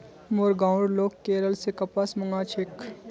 मोर गांउर लोग केरल स कपास मंगा छेक